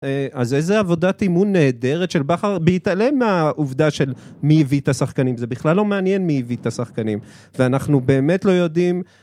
אז איזה עבודת אימון נהדרת של בכר, בהתעלם מהעובדה של מי הביא את השחקנים, זה בכלל לא מעניין מי הביא את השחקנים ואנחנו באמת לא יודעים